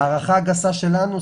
הערכה גסה שלנו,